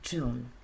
June